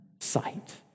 sight